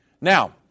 Now